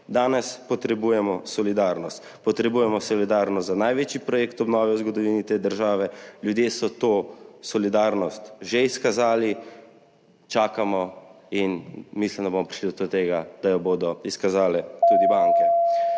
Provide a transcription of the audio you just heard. Danes potrebujemo solidarnost. Potrebujemo solidarnost za največji projekt obnove v zgodovini te države. Ljudje so to solidarnost že izkazali. Čakamo in mislim, da bomo prišli do tega, da jo bodo izkazale tudi banke.